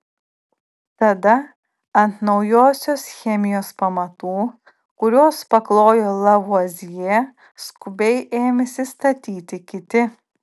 tada ant naujosios chemijos pamatų kuriuos paklojo lavuazjė skubiai ėmėsi statyti kiti